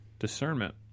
discernment